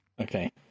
Okay